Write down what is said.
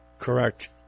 Correct